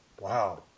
Wow